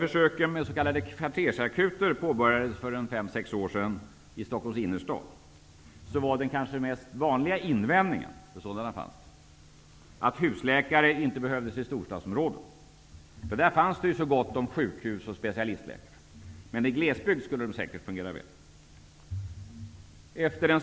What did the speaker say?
Stockholms innerstad för fem sex år sedan var den kanske vanligaste invändningen -- för sådana förekom -- att husläkare inte behövdes i storstadsområden, eftersom det där fanns så gott om sjukhus och specialistläkare, men att de säkert skulle fungera väl i glesbygd.